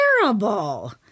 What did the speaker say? terrible